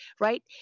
right